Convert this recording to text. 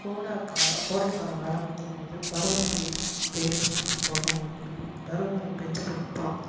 கோடைக்கால கோடைக்காலம் ஆரம்பிக்கும் போது பருவமலை பேயிறதுக்கு போகம் வந்து பருவமலை பேஞ்சதுக்கு அப்புறம்